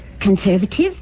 conservative